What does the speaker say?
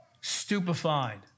stupefied